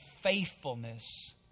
faithfulness